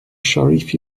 sharif